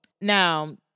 now